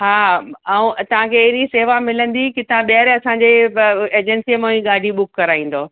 हा ऐं तव्हांखे अहिड़ी शेवा मिलंदी की तव्हां ॿीहर असांजे ब एजंसीअ मां ई गाॾी ॿुक कराईंदव